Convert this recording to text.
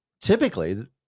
typically